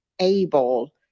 able